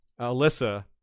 Alyssa